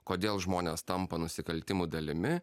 kodėl žmonės tampa nusikaltimų dalimi